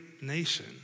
nation